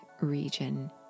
region